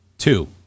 Two